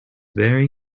very